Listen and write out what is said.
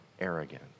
arrogant